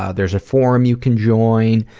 ah there's a forum you can join.